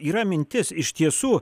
yra mintis iš tiesų